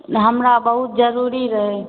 हमरा बहुत जरुरी रहै